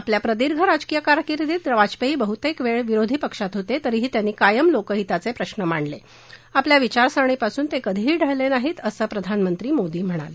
आपल्या प्रदीर्घ राजकीय कारकिर्दीत वाजपेयी बहुतेक वेळ विरोधी पक्षात होते मात्र तरीही त्यांनी कायम लोकहिताचे प्रश्न मांडले आपल्या विचारसरणीपासून ते कधीही ढळले नाहीत असं प्रधानमंत्री मोदी म्हणाले